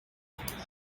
setting